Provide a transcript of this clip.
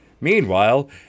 Meanwhile